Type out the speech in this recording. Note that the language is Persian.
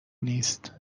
نیست